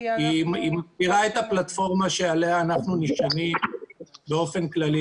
היא מסבירה את הפלטפורמה שעליה אנחנו נשענים באופן כללי.